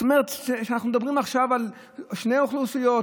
זאת אומרת שאנחנו מדברים עכשיו על שתי אוכלוסיות,